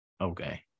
Okay